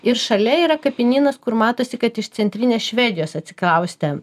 ir šalia yra kapinynas kur matosi kad iš centrinės švedijos atsikraustę